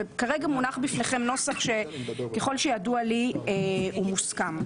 כרגע מונח בפניכם נוסח שככל שידוע לי הוא מוסכם.